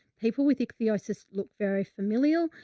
people with ichthyosis look very familial.